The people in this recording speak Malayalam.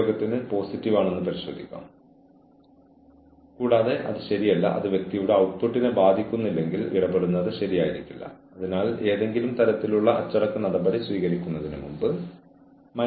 പക്ഷേ പോസിറ്റീവ് അച്ചടക്കത്തെക്കുറിച്ച് സംസാരിക്കുമ്പോൾ അവരുടെ പ്രവർത്തനങ്ങൾ ശരിയാക്കാൻ ജീവനക്കാരെ സഹായിക്കുന്ന ഒരു പ്രക്രിയയെക്കുറിച്ചാണ് നമ്മൾ സംസാരിക്കുന്നത്